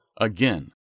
Again